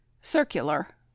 circular